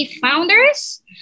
founders